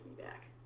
back.